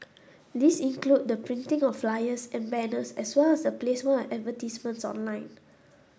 these include the printing of flyers and banners as well as the placement of advertisements online